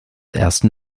ersten